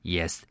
Yes